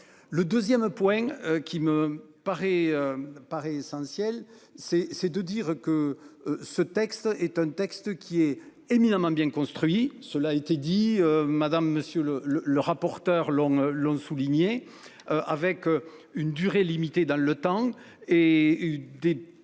Le 2ème point qui me paraît paraît essentiel c'est c'est de dire que ce texte est un texte qui est éminemment bien construit, cela a été dit. Madame, monsieur, le le le rapporteur longs l'souligné. Avec une durée limitée dans le temps et des